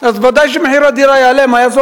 אז ודאי שמחיר הדירה יעלה.